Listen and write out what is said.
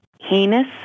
heinous